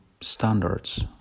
standards